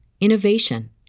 innovation